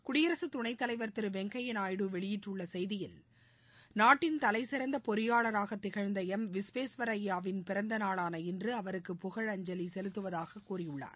குடியரசுத் துணைத் தலைவர் திரு வெங்கைய நாயுடு வெளியிட்டுள்ள செய்தியில் நாட்டின் பொறியாளராக திகழ்ந்த எம் விஸ்வேஸ்வரய்யாவின் பிறந்தநாளான இன்று அவருக்கு தலைசிறந்த புகழஞ்சலி செலுத்துவதாகக் கூறியுள்ளார்